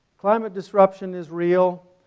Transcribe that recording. climate disruption is real,